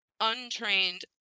untrained